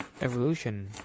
evolution